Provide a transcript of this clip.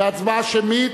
בהצבעה השמית,